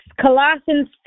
Colossians